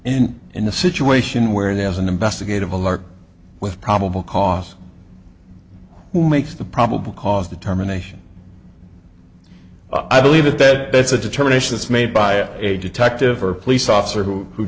and in a situation where there is an investigative alert with probable cause to make the probable cause determination i believe that that that's a determination is made by a detective or police officer who who